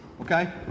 okay